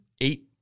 eight